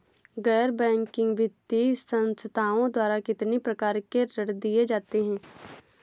गैर बैंकिंग वित्तीय संस्थाओं द्वारा कितनी प्रकार के ऋण दिए जाते हैं?